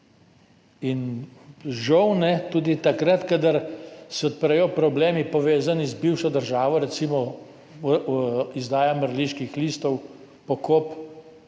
in, žal, tudi takrat, kadar se odprejo problemi, povezani z bivšo državo, recimo izdaja mrliških listov, pokop